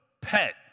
pet